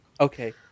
Okay